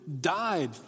died